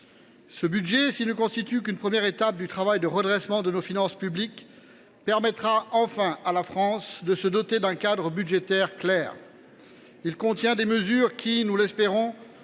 Ce budget, s’il ne constitue qu’une première étape du travail de redressement de nos finances publiques, permettra enfin à la France de se doter d’un cadre budgétaire clair. Il contient des mesures qui, nous l’espérons,